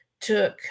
took